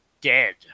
Dead